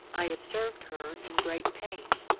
i observed her in great pain,